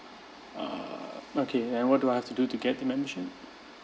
uh okay then what do I have to do to get the membership